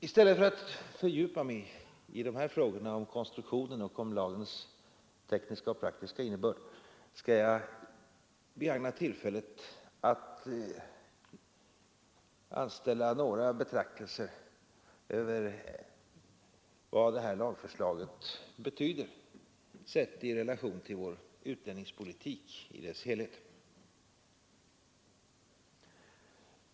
I stället för att fördjupa mig i frågorna om konstruktionen och om lagens tekniska och praktiska innebörd skall jag begagna tillfället att anställa några betraktelser över vad det här lagförslaget betyder, sett i relation till vår utlänningspolitik i dess helhet.